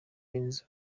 benzo